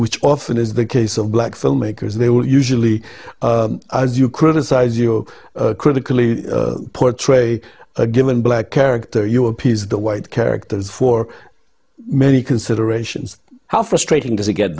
which often is the case of black filmmakers they will usually as you criticize you critically portray a given black character you appease the white characters for many considerations how frustrating does